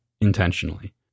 intentionally